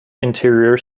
interior